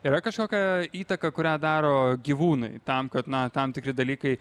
yra kažkokia įtaka kurią daro gyvūnai tam kad na tam tikri dalykai